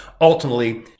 ultimately